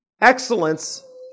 Excellence